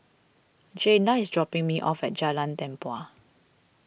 Jayda is dropping me off at Jalan Tempua